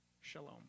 shalom